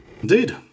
Indeed